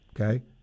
okay